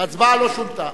וההצבעה לא שונתה.